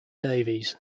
davies